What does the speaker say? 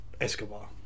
Escobar